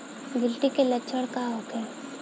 गिलटी के लक्षण का होखे?